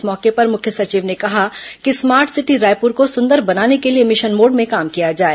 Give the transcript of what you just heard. इस मौके पर मुख्य सचिव ने कहा कि स्मार्ट सिटी रायपुर को सुंदर बनाने के लिए मिशन मोड में काम किया जाए